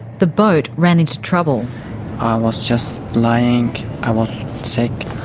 the boat ran into trouble. i was just lying, i was sick,